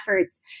efforts